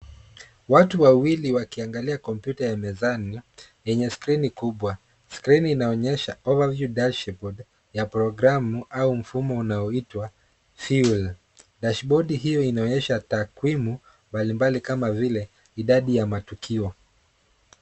Watu wawili wakiangalia kompyuta ya mezani yenye skrini kubwa. Skrini inaonyesha over view dashboard ya programu au mfumo unaoitwa film . Dashibodi hiyo inaonyesha takwimu mbalimbali kama vile idadi ya matukio.